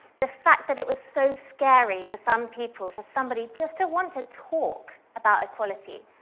the fact that it was so scary for some people, for somebody just to want to talk about equality,